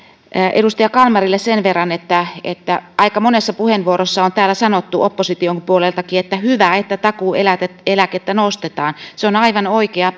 edustaja kalmarille sen verran että että aika monessa puheenvuorossa on täällä sanottu opposition puoleltakin että hyvä että takuueläkettä nostetaan se on aivan oikea